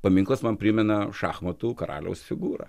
paminklas man primena šachmatų karaliaus figūrą